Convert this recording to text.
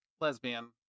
lesbian